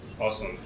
Awesome